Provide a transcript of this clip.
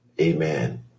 Amen